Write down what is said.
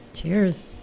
Cheers